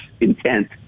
intent